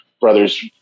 brother's